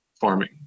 farming